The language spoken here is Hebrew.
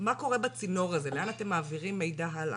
מה קורה בצינור הזה, לאן אתם מעבירים מידע הלאה?